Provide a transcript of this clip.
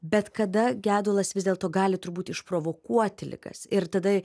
bet kada gedulas vis dėlto gali turbūt išprovokuoti ligas ir tada